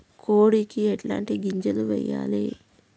కోడికి ఎట్లాంటి గింజలు వేయాలి?